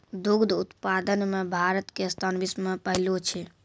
दुग्ध उत्पादन मॅ भारत के स्थान विश्व मॅ पहलो छै